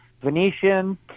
Venetian